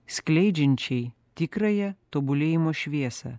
skleidžiančiai tikrąją tobulėjimo šviesą